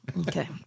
Okay